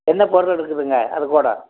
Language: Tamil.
என்ன பொருள் இருக்குதுங்க அது கூட